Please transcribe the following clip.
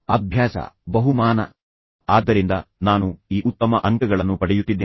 ಅಭ್ಯಾಸ ಬಹುಮಾನಃ ಆದ್ದರಿಂದ ನಾನು ಈ ಉತ್ತಮ ಅಂಕಗಳನ್ನು ಪಡೆಯುತ್ತಿದ್ದೇನೆ